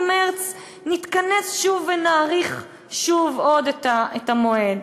במרס נתכנס שוב ונדחה שוב עוד את המועד.